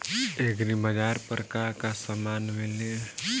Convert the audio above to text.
एग्रीबाजार पर का का समान मिली?